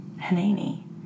Hanani